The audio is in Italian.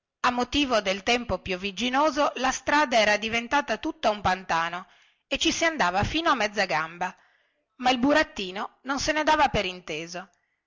a motivo del tempo piovigginoso la strada era diventata tutta un pantano e ci si andava fino a mezza gamba ma il burattino non se ne dava per inteso